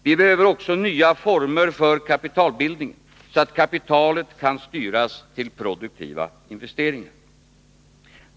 Vi behöver också nya former för kapitalbildningen så att kapitalet kan styras till produktiva investeringar.